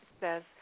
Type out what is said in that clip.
says